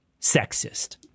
sexist